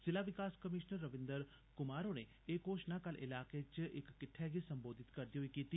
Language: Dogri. ज़िला विकास कमीश्नर रविन्द्र कुमार होरें एह् घोषणा कल इलाके च इक किट्ठै गी संबोधित करदे होई कीती